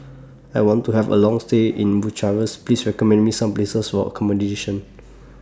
I want to Have A Long stay in Bucharest Please recommend Me Some Places For accommodation